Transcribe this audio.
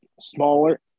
smaller